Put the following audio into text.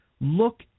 Look